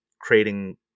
creating